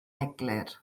eglur